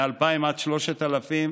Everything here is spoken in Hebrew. מ-2,000 עד 3,000,